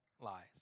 lies